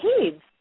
kids